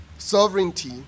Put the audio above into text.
Sovereignty